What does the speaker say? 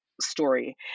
story